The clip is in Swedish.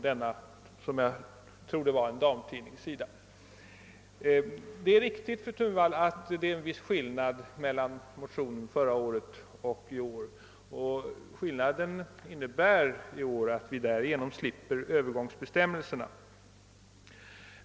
Det är riktigt, fru Thunvall, att det är en viss skillnad mellan motionen förra året och årets motion, och den ligger däri att vi genom den senare motionen slipper övergångsbestämmelserna.